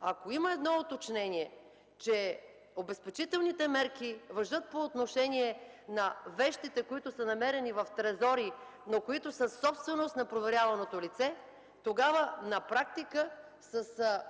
Ако има едно уточнение, че обезпечителните мерки важат по отношение на вещите, които са намерени в трезори, но които са собственост на проверяваното лице, тогава на практика с